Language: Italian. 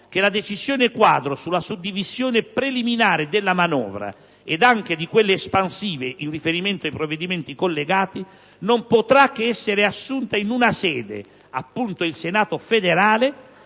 che la decisione-quadro sulla suddivisione preliminare della manovra (ed anche di quelle espansive in riferimento ai provvedimenti collegati) non potrà che essere assunta in una sede, appunto, il Senato federale,